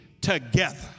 together